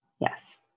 Yes